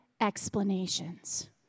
explanations